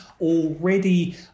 already